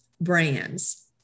brands